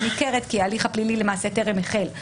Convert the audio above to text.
ניכרת כי ההליך הפלילי למעשה טרם החל.